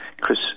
Chris